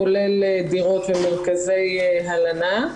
כולל דירות ומרכזי הלנה.